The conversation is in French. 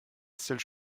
seule